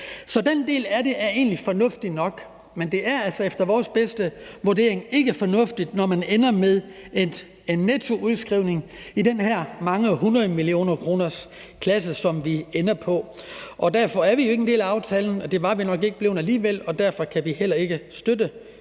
Så den del af det er egentlig fornuftig nok, men det er altså efter vores bedste vurdering ikke fornuftigt, når man ender med en nettoudskrivning i den her mange hundrede millioner kroners klasse, som vi ender i. Derfor er vi jo ikke en del af aftalen – det var vi nok ikke blevet alligevel – og derfor kan vi heller ikke støtte